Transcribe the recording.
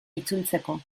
itzultzeko